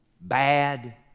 bad